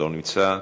לא נמצא,